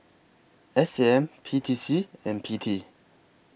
S A M P T C and P T